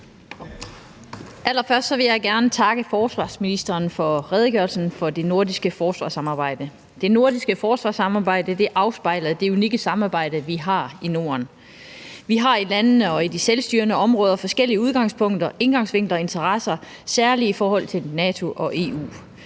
Allerførst vil jeg gerne takke forsvarsministeren for redegørelsen for det nordiske forsvarssamarbejde. Det nordiske forsvarssamarbejde afspejler det unikke samarbejde, vi har i Norden. Vi har i landene og i de selvstyrende områder forskellige udgangspunkter, indgangsvinkler og interesser, særlig i forhold til NATO og EU.